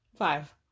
five